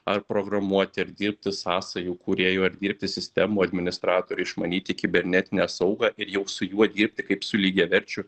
ar programuoti ar dirbti sąsajų kūrėju ar dirbti sistemų administratoriu išmanyti kibernetinę saugą ir jau su juo dirbti kaip su lygiaverčiu